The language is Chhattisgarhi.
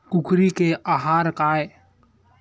कुकरी के आहार काय?